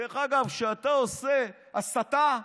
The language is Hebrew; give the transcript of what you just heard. דרך אגב, כשאתה עושה הסתה,